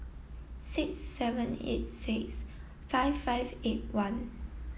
six seven eight six five five eight one